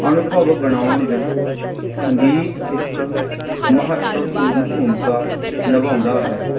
ਅਨੁਭਵ ਬਣਾਉਣ ਵਿੱਚ ਸੰਗੀਤ ਇੱਕ ਮਹੱਤਵਪੂਰਨ ਭੂਮਿਕਾ ਨਿਭਾਉਂਦਾ ਹੈ